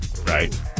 right